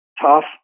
tough